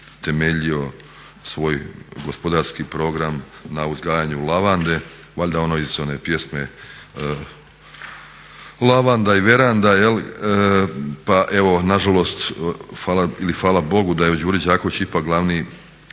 temeljio svoj gospodarski program na uzgajanju lavande valjda ono iz one pjesme lavanda i veranda. Pa evo na žalost fala bogu da je u Đuri Đakoviću ipak glavni